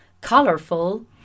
colorful